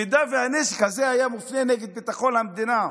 אם הנשק הזה היה מופנה נגד ביטחון המדינה,